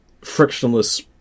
frictionless